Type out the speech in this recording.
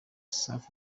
safi